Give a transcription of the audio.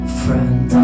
friend